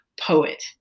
poet